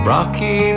Rocky